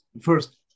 first